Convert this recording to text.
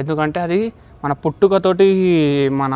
ఎందుకంటే అది మన పుట్టుకతోటి మన